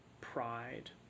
pride